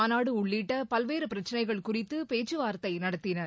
மாநாடு உள்ளிட்ட பல்வேறு பிரச்சனைகள் குறித்து பேச்சுவார்த்தை நடத்தினர்